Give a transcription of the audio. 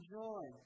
joy